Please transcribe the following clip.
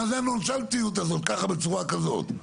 מה זה הנונשלנטיות הזאת ככה בצורה כזאת?